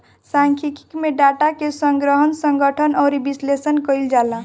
सांख्यिकी में डाटा के संग्रहण, संगठन अउरी विश्लेषण कईल जाला